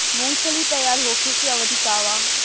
मूँगफली तैयार होखे के अवधि का वा?